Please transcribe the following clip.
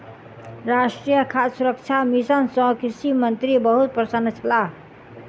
राष्ट्रीय खाद्य सुरक्षा मिशन सँ कृषि मंत्री बहुत प्रसन्न छलाह